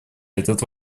этот